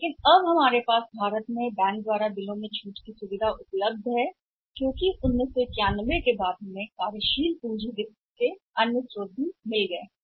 लेकिन अब जब बैंकों से सुविधा मिल रही है तो हम बैंकों से छूट पा सकते हैं कभी कभी अब भारत में क्योंकि 1991 के बाद हमें कार्यशील पूंजी के कई अन्य स्रोत मिले हैं वित्त भी